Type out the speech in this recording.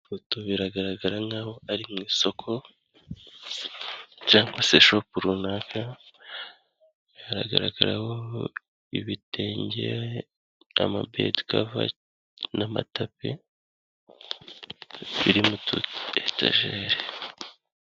Ifoto biragaragara nk'aho ari mu isoko cyangwa se shopu runaka, haragaramo ibitenge, ama bedikava n'amatapi biririmo n'utuyetajeri.